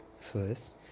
First